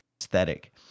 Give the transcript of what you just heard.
aesthetic